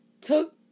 took